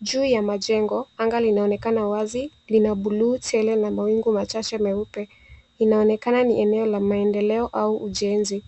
Juu ya majengo anga linaonekana wazi, lina bluu tele na mawingu machache meupe. Inaonekana ni eneo la maendeleo au ujenzi.